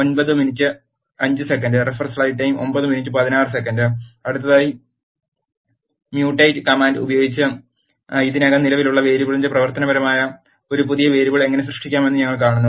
അടുത്തതായി mutate command ഉപയോഗിച്ച് ഇതിനകം നിലവിലുള്ള വേരിയബിളിന്റെ പ്രവർത്തനമായ ഒരു പുതിയ വേരിയബിൾ എങ്ങനെ സൃഷ്ടിക്കാമെന്ന് ഞങ്ങൾ കാണുന്നു